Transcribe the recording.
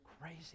crazy